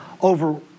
over